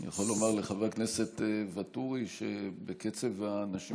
אני יכול לומר לחבר הכנסת ואטורי שבקצב האנשים